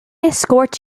escort